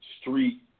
street